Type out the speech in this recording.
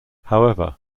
however